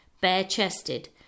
bare-chested